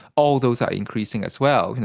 all those are increasing as well. you know